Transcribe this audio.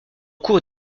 cours